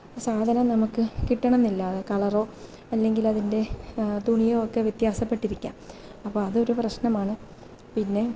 സാധനം നമുക്ക് കിട്ടണം എന്നില്ല കളറോ അല്ലെങ്കിലതിന്റെ തുണിയോ ഒക്കെ വ്യത്യാസപ്പെട്ടിരിക്കാം അപ്പോൾ അതൊരു പ്രശ്നമാണ് പിന്നെ